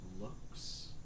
looks